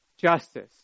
justice